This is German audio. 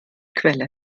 quelle